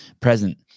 present